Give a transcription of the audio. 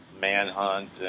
manhunt